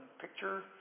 picture